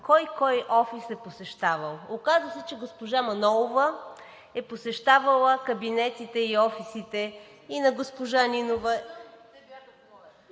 кой – кой офис, е посещавал. Оказа се, че госпожа Манолова е посещавала кабинетите и офисите и на госпожа Нинова.